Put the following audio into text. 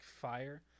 fire